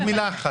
עוד מילה אחת.